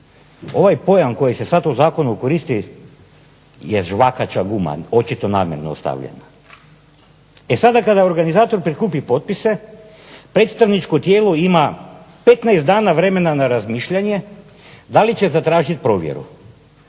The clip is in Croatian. Ovaj pojam koji se sad u zakonu koristi je žvakaća guma očito namjerno ostavljena. E sada kada organizator prikupi potpise predstavničko tijelo ima 15 dana vremena na razmišljanje da li će zatražiti provjeru.